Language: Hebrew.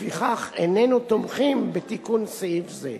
לפיכך איננו תומכים בתיקון סעיף זה.